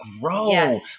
grow